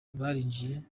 barinjiye